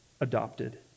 adopted